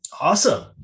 Awesome